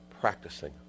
practicing